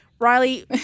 Riley